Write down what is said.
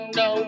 no